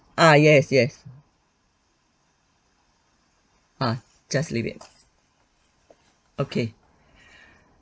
uh yes yes uh just leave it okay